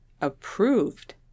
Approved